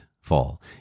fall